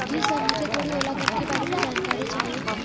जी sir मुझे थोड़ी Ola cab के बारे में जानकारी चाहिए